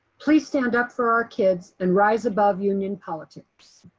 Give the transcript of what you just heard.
please stand up for our kids and rise above union politics.